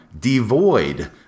devoid